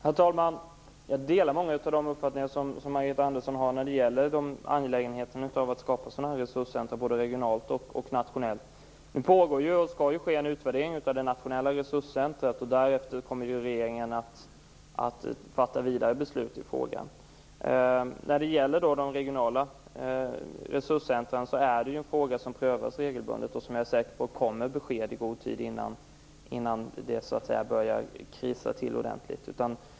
Herr talman! Jag delar många av Margareta Anderssons uppfattningar om angelägenheten av att skapa resurscentrum både regionalt och nationellt. Det skall ju ske en utvärdering av det nationella resurscentrumet. Därefter kommer regeringen att fatta vidare beslut i frågan. Frågan om regionala resurscentrum är en fråga som prövas regelbundet. Jag är säker på att besked kommer i god tid innan det så att säga börjar krisa till sig ordentligt.